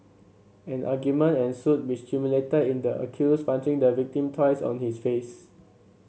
an argument ensued which culminated in the accused punching the victim twice on his face